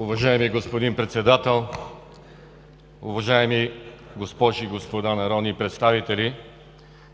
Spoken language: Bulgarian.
Уважаеми господин Председател, уважаеми госпожи и господа народни представители!